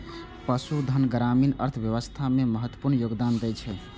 पशुधन ग्रामीण अर्थव्यवस्था मे महत्वपूर्ण योगदान दै छै